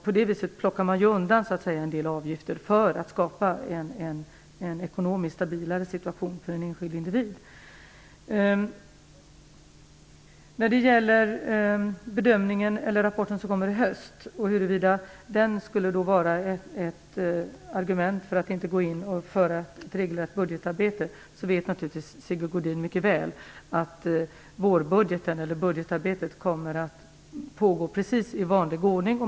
På det viset plockar man undan en del avgifter för att skapa en ekonomiskt stabilare situation för den enskilde individen. Beträffande att rapporten som kommer i höst skulle vara ett argument för att inte gå in och bedriva ett regelrätt budgetarbete måste jag säga att Sigge Godin naturligtvis mycket väl vet att budgetarbetet kommer att pågå precis i vanlig ordning.